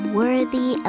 worthy